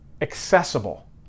accessible